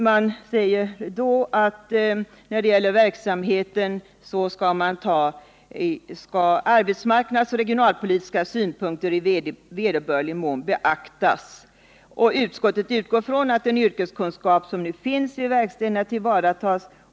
Man säger att när det gäller denna verksamhet skall ”arbetsmarknadsoch regionalpolitiska synpunkter i vederbörlig mån beaktas. Vidare utgår utskottet från att den yrkeskunskap som nu finns vid verkstäderna tillvaratas.